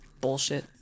bullshit